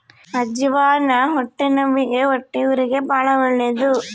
ಅಜ್ಜಿವಾನ ಹೊಟ್ಟೆನವ್ವಿಗೆ ಹೊಟ್ಟೆಹುರಿಗೆ ಬಾಳ ಒಳ್ಳೆದು